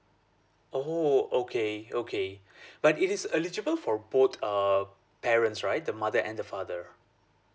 oh okay okay but it is eligible for both uh parents right the mother and the father